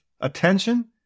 attention